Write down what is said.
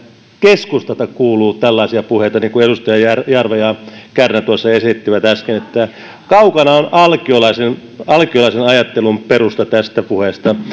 keskustalta kuuluu tällaisia puheita niin kuin edustaja jarva ja kärnä esittivät äsken kaukana on alkiolaisen ajattelun perusta tästä puheesta